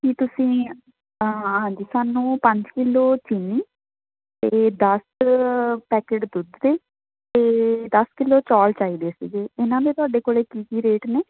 ਕੀ ਤੁਸੀਂ ਹਾਂਜੀ ਸਾਨੂੰ ਪੰਜ ਕਿਲੋ ਚੀਨੀ ਅਤੇ ਦਸ ਪੈਕਟ ਦੁੱਧ ਦੇ ਅਤੇ ਦਸ ਕਿਲੋ ਚੌਲ ਚਾਹੀਦੇ ਸੀਗੇ ਇਹਨਾਂ ਦੇ ਤੁਹਾਡੇ ਕੋਲੇ ਕੀ ਕੀ ਰੇਟ ਨੇ